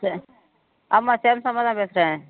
சே ஆமாம் ஜேம்ஸ் அம்மாதான் பேசுகிறேன்